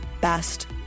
best